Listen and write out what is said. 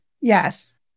yes